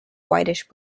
whitish